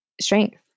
strength